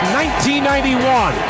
1991